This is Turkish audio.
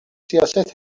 siyaset